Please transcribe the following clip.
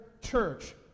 church